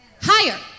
Higher